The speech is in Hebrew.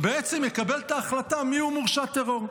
בעצם יקבל את ההחלטה מיהו מורשע טרור,